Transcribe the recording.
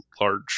large